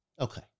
okay